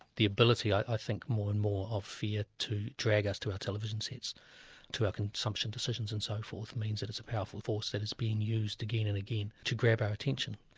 the ability i think more and more of fear to drag us to our television sets to our consumption decisions and so forth, means that it's a powerful force that is being used again and again to grab our attention.